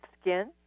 skin